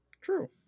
true